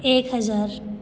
एक हज़ार